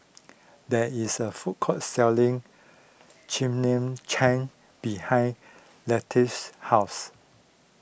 there is a food court selling Chimichangas behind Leatrice's house